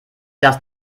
das